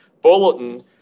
bulletin